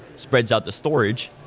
spreads out the storage,